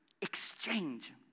exchange